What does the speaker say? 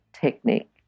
technique